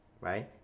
right